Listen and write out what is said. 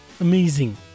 amazing